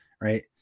Right